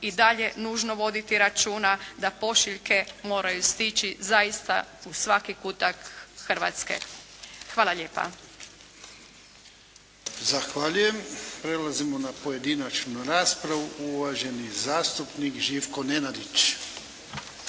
i dalje nužno voditi računa da pošiljke moraju stići zaista u svaki kutak Hrvatske. Hvala lijepa. **Jarnjak, Ivan (HDZ)** Zahvaljujem. Prelazimo na pojedinačnu raspravu. Uvaženi zastupnik Živko Nenadić.